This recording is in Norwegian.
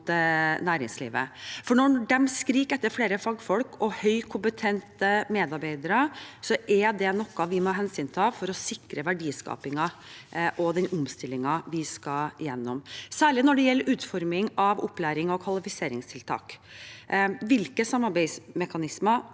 Når de skriker etter flere fagfolk og høykompetente medarbeidere, er det noe vi må hensynta for å sikre verdiskapingen og den omstillingen vi skal gjennom, særlig når det gjelder utforming av opplæring og kvalifiseringstiltak. Hvilke samarbeidsmekanismer